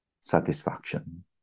satisfaction